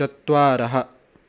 चत्वारः